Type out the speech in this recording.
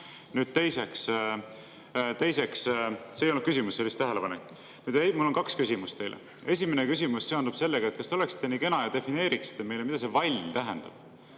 obstruktsioonilised. See ei olnud küsimus, see oli lihtsalt tähelepanek. Mul on kaks küsimust teile. Esimene küsimus seondub sellega, et kas te oleksite nii kena ja defineeriksite meile, mida see vall tähendab.